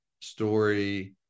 story